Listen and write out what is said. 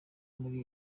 muri